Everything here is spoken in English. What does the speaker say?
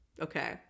okay